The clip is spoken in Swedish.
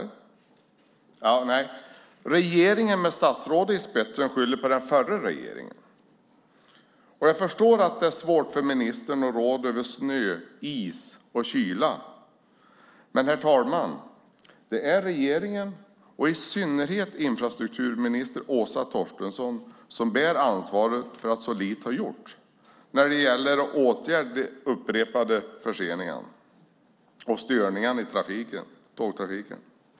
Nej, regeringen med statsrådet i spetsen skyller på den förra regeringen. Jag förstår att det är svårt för ministern att råda över snö, is och kyla. Men, herr talman, det är regeringen och i synnerhet infrastrukturminister Åsa Torstensson som bär ansvaret för att så lite gjorts när det gäller att åtgärda de upprepade förseningarna och störningarna i tågtrafiken.